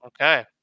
Okay